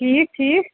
ٹھیٖک ٹھیٖک